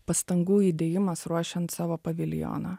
pastangų įdėjimas ruošiant savo paviljoną